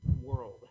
world